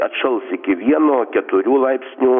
atšals iki vieno keturių laipsnių